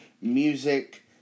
music